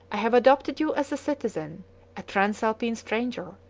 i have adopted you as a citizen a transalpine stranger,